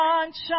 sunshine